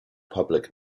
public